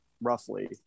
roughly